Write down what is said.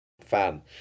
fan